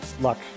luck